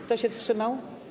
Kto się wstrzymał?